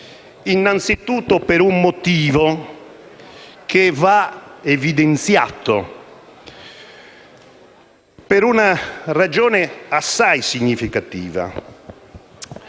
innanzitutto per un motivo che va evidenziato e per una ragione assai significativa.